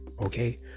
Okay